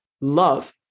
love